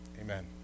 Amen